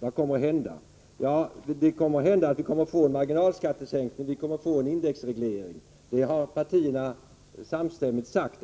Vad som kommer att hända är att vi får en marginalskattesänkning och en indexreglering. Det har de borgerliga partierna samstämmigt sagt.